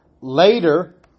later